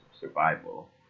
survival